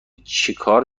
چکار